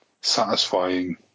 satisfying